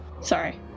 sorry